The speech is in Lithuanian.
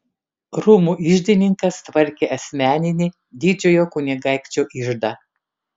rūmų iždininkas tvarkė asmeninį didžiojo kunigaikščio iždą